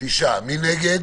מי נגד?